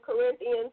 Corinthians